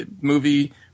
movie